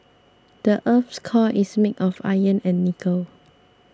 the earth's core is made of iron and nickel